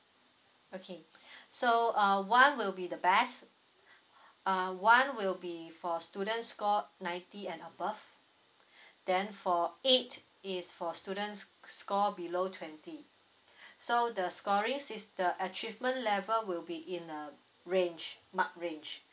okay so uh one will be the best uh one will be for students score ninety and above then for eight is for students score below twenty so the scorings is the achievement level will be in a range mark range